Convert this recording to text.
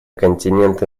континент